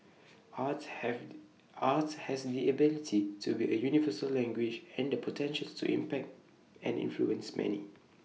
arts have arts has the ability to be A universal language and the potential to impact and influence many